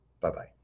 Bye-bye